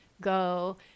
go